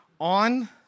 On